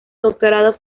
doctorado